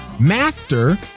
Master